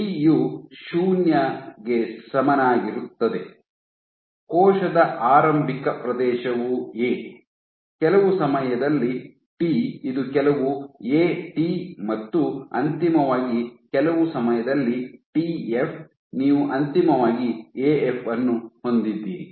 T U ಶೂನ್ಯ 0 ಗೆ ಸಮನಾಗಿರುತ್ತದೆ ಕೋಶದ ಆರಂಭಿಕ ಪ್ರದೇಶವು ಎ ಕೆಲವು ಸಮಯದಲ್ಲಿ ಟಿ ಇದು ಕೆಲವು ಎ ಟಿ ಮತ್ತು ಅಂತಿಮವಾಗಿ ಕೆಲವು ಸಮಯದಲ್ಲಿ ಟಿಎಫ್ ನೀವು ಅಂತಿಮವಾಗಿ ಎ ಎಫ್ ಅನ್ನು ಹೊಂದಿರಿ